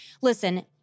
listen